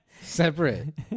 Separate